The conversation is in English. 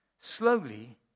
slowly